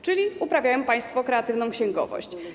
Czyli uprawiają państwo kreatywną księgowość.